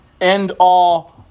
end-all